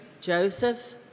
Joseph